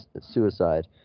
suicide